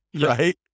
right